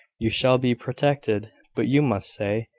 you shall be protected but you must stay.